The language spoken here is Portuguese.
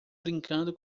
brincando